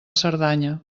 cerdanya